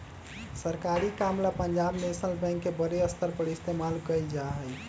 सरकारी काम ला पंजाब नैशनल बैंक के बडे स्तर पर इस्तेमाल कइल जा हई